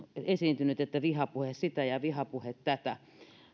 esiintynyt että vihapuhe sitä ja vihapuhe tätä